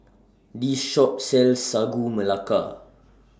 This Shop sells Sagu Melaka